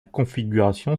configuration